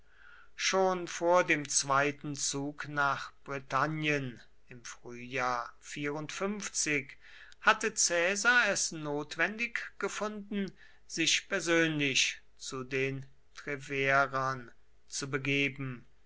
schon vor dem zweiten zug nach britannien im frühjahr hatte caesar es notwendig gefunden sich persönlich zu den treverern zu begeben